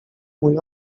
mój